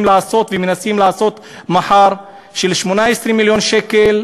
לעשות ומנסים לעשות מחר ב-18 מיליון שקל.